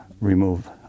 remove